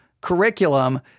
curriculum